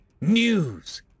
news